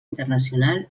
internacional